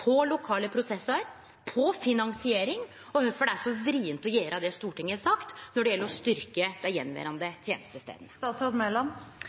på lokale prosessar, på finansiering, og kvifor det er så vrient å gjere det Stortinget har sagt når det gjeld å styrkje dei